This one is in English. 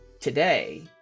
today